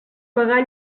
pagar